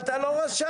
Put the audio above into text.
אבל אתה לא רשאי.